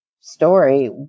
story